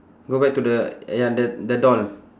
go back to the ya the the doll